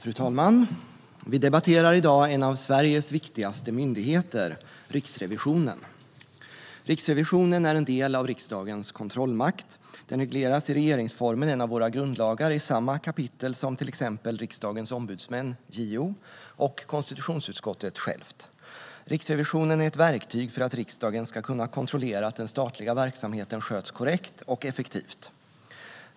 Fru talman! Vi debatterar i dag en av Sveriges viktigaste myndigheter, Riksrevisionen. Riksrevisionen är en del av riksdagens kontrollmakt. Den regleras i regeringsformen, en av våra grundlagar, i samma kapitel som till exempel Riksdagens ombudsmän, JO, och konstitutionsutskottet självt. Riksrevisionen är ett verktyg för att riksdagen ska kunna kontrollera att den statliga verksamheten sköts korrekt och effektivt.